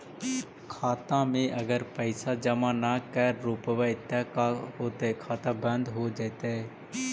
खाता मे अगर पैसा जमा न कर रोपबै त का होतै खाता बन्द हो जैतै?